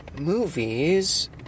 movies